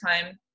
time